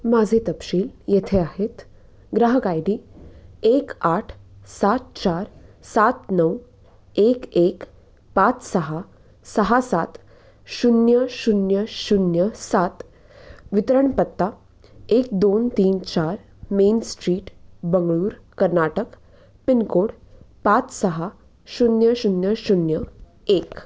माझे तपशील येथे आहेत ग्राहक आय डी एक आठ सात चार सात नऊ एक एक पाच सहा सहा सात शून्य शून्य शून्य सात वितरण पत्ता एक दोन तीन चार main street Bengaluru Karnataka pincode पाच सहा शून्य शून्य शून्य एक